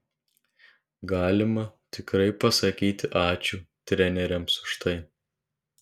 galima tikrai pasakyti ačiū treneriams už tai